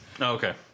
Okay